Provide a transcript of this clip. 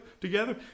together